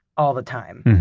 all the time.